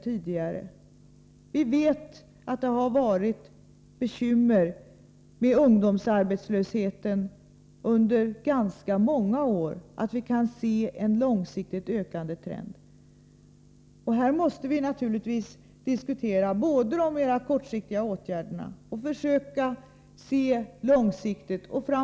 Vi vet att det under ganska många år har varit bekymmersamt när det gäller ungdomsarbetslösheten. Vi kan långsiktigt se en trend till en ökning. I detta sammanhang måste vi naturligtvis både diskutera de mera kortsiktiga åtgärderna och försöka se långsiktigt på dessa frågor.